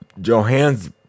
Johannes